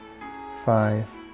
five